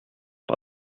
par